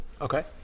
okay